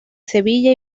sevilla